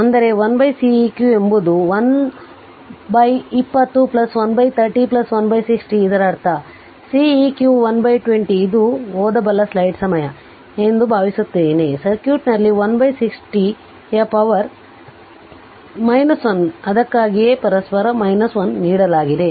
ಅಂದರೆ1Ceq ಎಂಬುದು 120 130 160 ಇದರರ್ಥ Ceq 120 ಇದು ಓದಬಲ್ಲ ಸ್ಲೈಡ್ ಸಮಯ ಎಂದು ಭಾವಿಸುತ್ತೇನೆ ಸರ್ಕ್ಯೂಟ್ನಲ್ಲಿ 160 ಯ ಪವರ್ 1 ಅದಕ್ಕಾಗಿಯೇ ಪರಸ್ಪರ 1 ನೀಡಲಾಗಿದೆ